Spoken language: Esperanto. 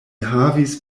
havis